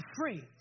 free